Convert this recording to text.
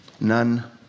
None